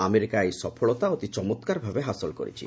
America ଏହି ସଫଳତା ଅତି ଚମତ୍କାର ଭାବେ ହାସଲ କରିଛି